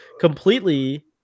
completely